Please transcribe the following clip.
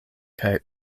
kaj